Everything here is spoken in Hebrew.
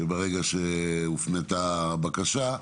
שברגע שהופנתה הבקשה,